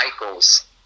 michaels